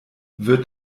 wird